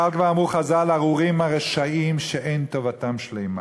אבל כבר אמרו חז"ל: ארורים הרשעים שאין טובתם שלמה.